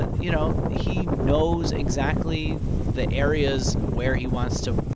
you know, he knows exactly the areas where he wants to,